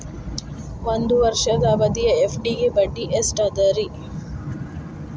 ಒಂದ್ ವರ್ಷದ ಅವಧಿಯ ಎಫ್.ಡಿ ಗೆ ಬಡ್ಡಿ ಎಷ್ಟ ಅದ ರೇ?